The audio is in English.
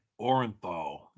Orenthal